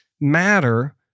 matter